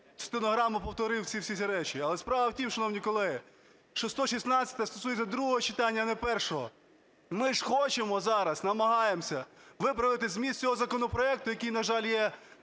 стенограму повторив всі ці речі. Але справ в тім, шановні колеги, що 116-а стосується другого читання, а не першого. Ми ж хочемо зараз, намагаємося виправити зміст цього законопроекту, який, нажаль, є,